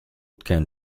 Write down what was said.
can